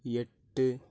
எட்டு